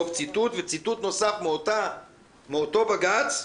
וציטוט נוסף מאותו בג"ץ,